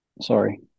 Sorry